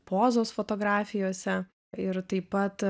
pozos fotografijose ir taip pat